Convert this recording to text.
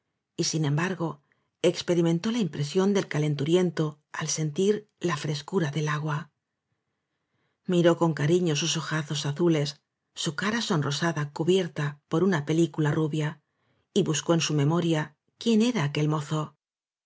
y sin embargo experimentó la impresión del ca lenturiento al sentir la frescura del agua miró con cariño sus ojazos azules su cara sonrosada cubierta por una pe lícula rubia y buscó en su memoria quien era aquel mozo